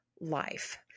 life